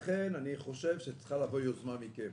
לכן אני חושב שצריכה לבוא יוזמה מכם